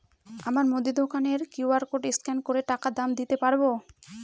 আমার মুদি দোকানের কিউ.আর কোড স্ক্যান করে টাকা দাম দিতে পারব?